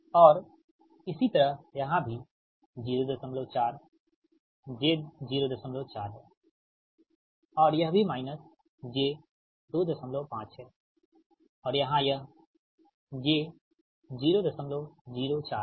और इसी तरह यहाँ भी 04 j 04 है और यह भी माइनस j 25 है और यहाँ यह j 004 है